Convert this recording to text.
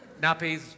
Nappies